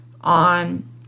on